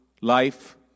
life